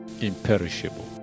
imperishable